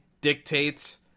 dictates